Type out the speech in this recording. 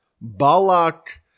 Balak